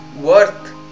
worth